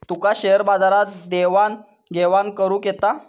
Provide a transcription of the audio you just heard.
तुका share बाजारात देवाण घेवाण करुक येता?